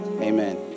amen